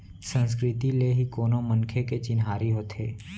संस्कृति ले ही कोनो मनखे के चिन्हारी होथे